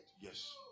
Yes